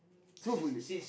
truthfully